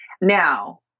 Now